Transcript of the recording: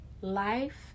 life